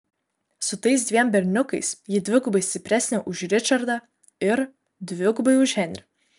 su tais dviem berniukais ji dvigubai stipresnė už ričardą ir dvigubai už henrį